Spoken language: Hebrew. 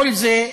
כל זה,